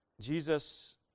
Jesus